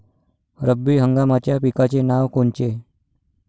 रब्बी हंगामाच्या पिकाचे नावं कोनचे?